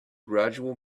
gradual